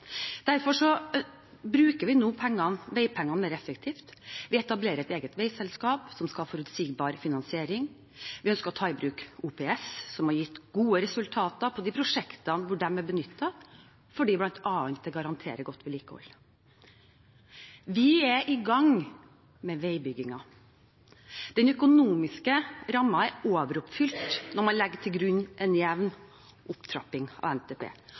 Derfor bruker vi nå veipengene mer effektivt. Vi etablerer et eget veiselskap, som skal ha forutsigbar finansiering, og vi ønsker å ta i bruk OPS, som har gitt gode resultater i de prosjektene hvor det er benyttet, fordi det bl.a. garanterer godt vedlikehold. Vi er i gang med veibyggingen. Den økonomiske rammen er overoppfylt når man legger til grunn en jevn opptrapping av NTP.